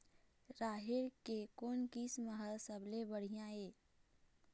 राहेर के कोन किस्म हर सबले बढ़िया ये?